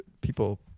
people